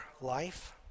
life